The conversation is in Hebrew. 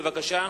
בבקשה.